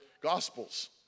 gospels